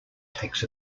takes